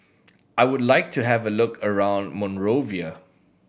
I would like to have a look around Monrovia